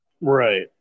Right